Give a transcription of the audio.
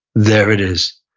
there it is.